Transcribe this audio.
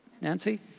Nancy